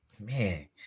man